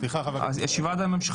גם רוויזיה תיקחו לנו?